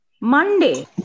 Monday